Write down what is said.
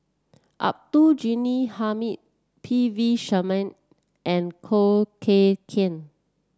Abdul Ghani Hamid P V Sharma and Khoo Kay Hian